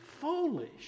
foolish